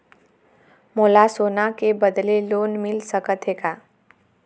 मोला सोना के बदले लोन मिल सकथे का?